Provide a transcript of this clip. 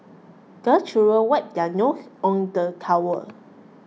the children wipe their nose on the towel